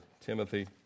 Timothy